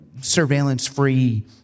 surveillance-free